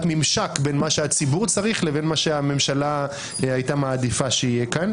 ממשק בין מה שהציבור צריך לבין מה שהממשלה הייתה מעדיפה שיהיה כאן.